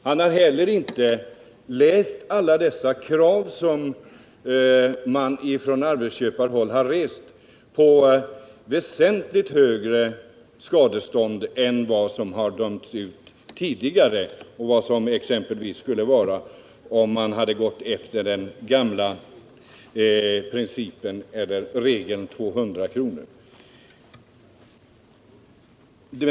Han har heller inte läst alla dessa krav som man från arbetsköparhåll har rest på väsentligt högre skadestånd än vad som har dömts ut tidigare och vad som exempelvis skulle gälla, om man hade gått efter den gamla regeln om 200 kr.